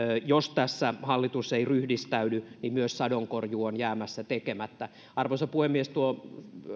jos tässä hallitus ei ryhdistäydy myös sadonkorjuu on jäämässä tekemättä arvoisa puhemies tuo